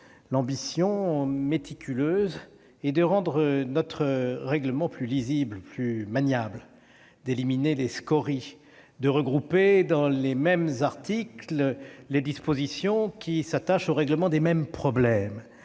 l'ambition méticuleuse est de rendre notre règlement plus lisible, plus maniable, d'éliminer les scories, de regrouper dans les mêmes articles les dispositions qui s'attachent au règlement des mêmes problèmes,